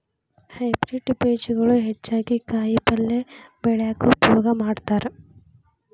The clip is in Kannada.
ಹೈಬ್ರೇಡ್ ಬೇಜಗಳು ಹೆಚ್ಚಾಗಿ ಕಾಯಿಪಲ್ಯ ಬೆಳ್ಯಾಕ ಉಪಯೋಗ ಮಾಡತಾರ